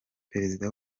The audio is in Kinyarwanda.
perezida